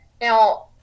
Now